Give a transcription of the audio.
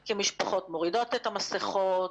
כי המשפחות מורידות את המסכות,